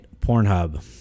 Pornhub